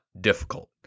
difficult